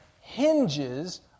hinges